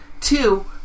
Two